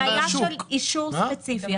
התניה של אישור ספציפי,